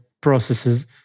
processes